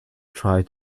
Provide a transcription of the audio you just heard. try